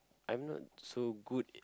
I'm not so good in